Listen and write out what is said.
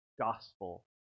gospel